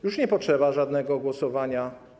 Już nie potrzeba żadnego głosowania.